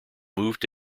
moved